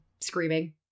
screaming